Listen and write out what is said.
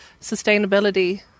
sustainability